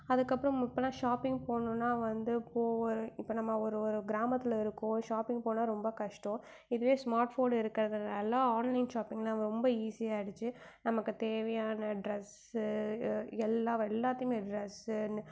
அதுக்கப்பறம் மூ பண்ணால் ஷாப்பிங் போகணுனா வந்து போ இப்போ நம்ம ஒரு ஒரு கிராமத்தில் இருக்கோம் ஷாப்பிங் போனால் ரொம்ப கஷ்டம் இதுவே ஸ்மார்ட் ஃபோன் இருக்கறதுனால் ஆன்லைன் ஷாப்பிங் நம்ம ரொம்ப ஈஸியாகிடுச்சி நமக்கு தேவையான ட்ரெஸு எல்லாம் எல்லாத்தேமே ட்ரெஸு